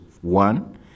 one